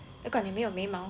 如果你没有眉毛